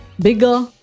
Bigger